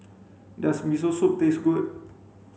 does Miso Soup taste good